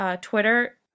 Twitter